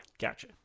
Gotcha